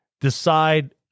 decide